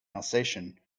alsatian